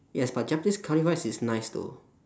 yes but japanese curry rice is nice though